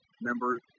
members